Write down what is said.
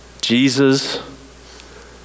Jesus